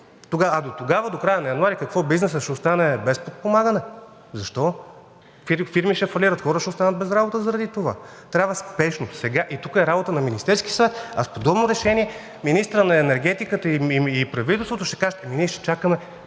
А дотогава, до края на януари, какво? Бизнесът ще остане без подпомагане. Защо?! Фирми ще фалират, хора ще останат без работа заради това. Трябва спешно, сега. И тук е работа на Министерския съвет, а с подобно решение министърът на енергетиката и правителството ще кажат: „Ние ще чакаме